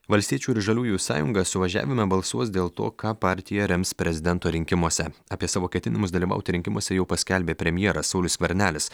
valstiečių ir žaliųjų sąjunga suvažiavime balsuos dėl to ką partija rems prezidento rinkimuose apie savo ketinimus dalyvauti rinkimuose jau paskelbė premjeras saulius skvernelis